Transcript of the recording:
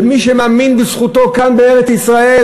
מי שמאמין בזכותו כאן בארץ-ישראל,